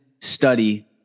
study